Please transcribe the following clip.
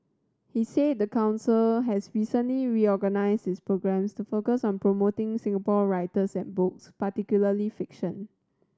he said the council has recently reorganised its programmes to focus on promoting Singapore writers and books particularly fiction